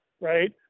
right